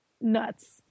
nuts